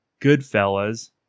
Goodfellas